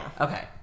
Okay